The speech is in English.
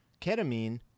ketamine